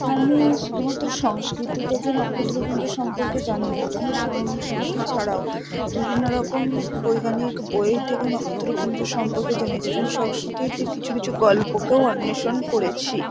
আমি শুধুমাত্র সংস্কৃতি থেকে নক্ষত্রপুঞ্জ সম্পর্কে জানি না আমি সংস্কৃতি ছাড়াও বিভিন্ন রকম বৈজ্ঞানিক বই থেকেও নক্ষত্রপুঞ্জ সম্পর্কে জেনেছি এবং সংস্কৃতির কিছু কিছু গল্পকেও অন্বেষণ করেছি